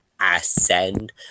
Ascend